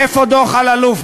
איפה דוח אלאלוף?